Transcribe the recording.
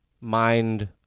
mind